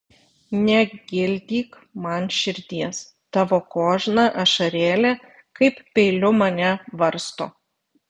negildyk man širdies tavo kožna ašarėlė kaip peiliu mane varsto